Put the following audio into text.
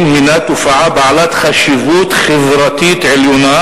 היא תופעה בעלת חשיבות חברתית עליונה,